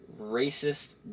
racist